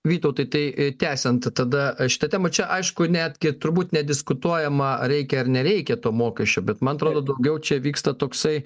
vytautai tai tęsiant tada šitą temą čia aišku netgi turbūt nediskutuojama reikia ar nereikia to mokesčio bet man atrodo daugiau čia vyksta toksai